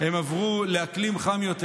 הם עברו לאקלים חם יותר.